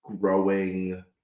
growing